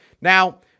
Now